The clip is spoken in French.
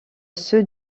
ceux